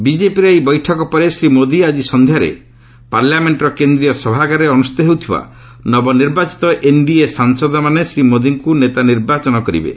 ବିଜେପିର ଏହି ବୈଠକ ପରେ ଶ୍ରୀ ମୋଦି ଆଜି ସନ୍ଧ୍ୟାରେ ପାର୍ଲାମେଣ୍ଟର କେନ୍ଦ୍ରୀୟ ସଭାଗାରରେ ଅନୁଷ୍ଠିତ ହେଉଥିବା ନିବନିର୍ବାଚିତ ଏନ୍ଡିଏ ସାଂସଦମାନେ ଶ୍ରୀ ମୋଦିଙ୍କୁ ନେତା ନିର୍ବାଚନି କରିବେ